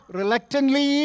reluctantly